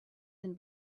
than